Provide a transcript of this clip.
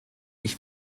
ich